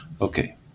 Okay